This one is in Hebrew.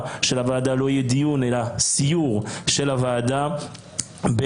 של הוועדה לא יהיה דיון אלא סיור של הוועדה במתקני